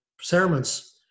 sermons